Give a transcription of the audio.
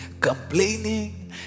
complaining